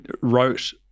wrote